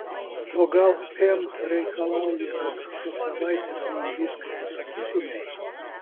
o gal pem reikalauja kad po savaitės man viską pasakytumei